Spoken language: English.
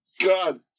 God